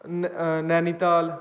ਨੈ ਨੈਨੀਤਾਲ